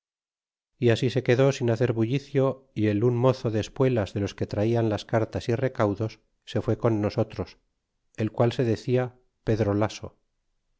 y así se quedó sin hacer bullicio y el un mozo de espuelas de los que rajan las cartas y recaudos se fué con nosotros el cual se decia pedro laso y